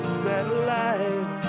satellite